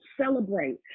celebrate